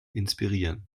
inspirieren